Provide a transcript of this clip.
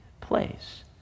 place